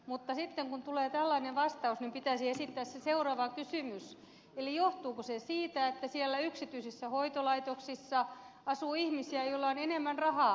mutta kun tulee tällainen vastaus niin pitäisi esittää seuraava kysymys eli johtuuko se siitä että siellä yksityisissä hoitolaitoksissa asuu ihmisiä joilla on enemmän rahaa